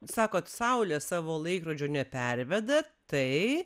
sakot saulė savo laikrodžio neperveda tai